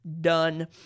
done